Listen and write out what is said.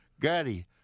Gaddy